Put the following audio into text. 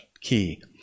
key